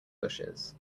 bushes